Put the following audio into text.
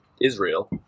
Israel